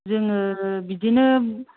जोङो बिदिनो